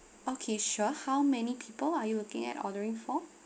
okay sure how many people are you looking at ordering for